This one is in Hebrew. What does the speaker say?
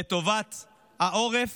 לטובת העורף